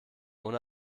ohne